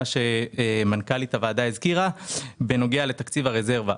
שמנכ"לית הוועדה הזכירה בנוגע לתקציב הרזרבה.